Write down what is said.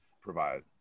provide